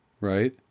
right